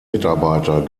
mitarbeiter